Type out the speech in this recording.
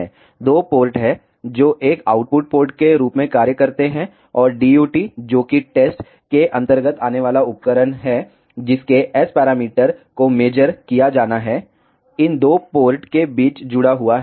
2 port हैं जो एक आउट पोर्ट के रूप में कार्य कर सकते हैं और DUT जो कि टेस्ट के अंतर्गत आने वाला उपकरण है जिसके S पैरामीटर को मेज़र किया जाना है इन 2 पोर्ट के बीच जुड़ा हुआ है